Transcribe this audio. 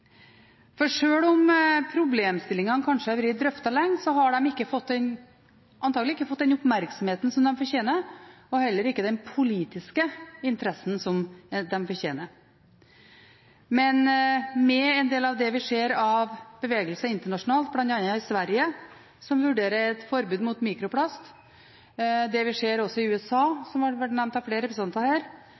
For sjøl om problemstillingene kanskje har vært drøftet lenge, har de antagelig ikke fått den oppmerksomheten som de fortjener, og heller ikke den politiske interessen som de fortjener. Men med en del av det vi ser av bevegelse internasjonalt, bl.a. i Sverige, som vurderer et forbud mot mikroplast, det vi ser også i USA, som har vært nevnt av flere representanter her,